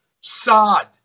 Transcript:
Sod